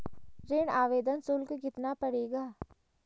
ऋण आवेदन शुल्क कितना पड़ेगा?